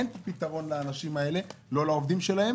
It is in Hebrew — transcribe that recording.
אין פה פתרון לאנשים האלה, לא לעובדים שלהם